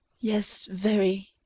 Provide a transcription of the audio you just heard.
yes, very.